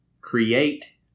create